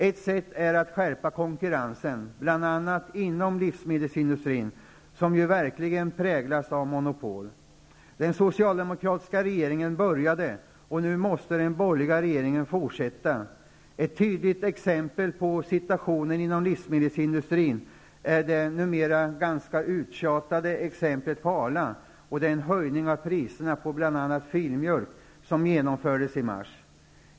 Ett sätt är att skärpa konkurrensen, bl.a. inom livsmedelsindustrin som ju verkligen präglas av monopol. Den socialdemokratiska regeringen började, och nu måste den borgerliga regeringen fortsätta. Ett tydligt exempel på situationen inom livsmedelsindustrin är det numera ganska uttjatade exemplet Arla och den höjning av priserna på bl.a. filmjölk som genomfördes i mars.